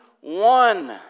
one